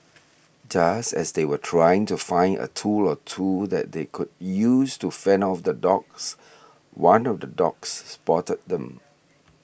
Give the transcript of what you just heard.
just as they were trying to find a tool or two that they could use to fend off the dogs one of the dogs spotted them